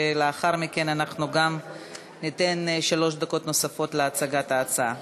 ולאחר מכן אנחנו ניתן שלוש דקות נוספות להצגת ההצעה.